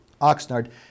Oxnard